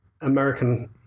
American